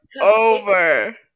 over